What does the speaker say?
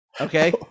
Okay